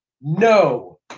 No